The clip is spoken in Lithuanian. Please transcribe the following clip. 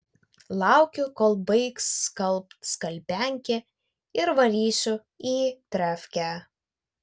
laukiu kol baigs skalbt skalbiankė ir varysiu į trefkę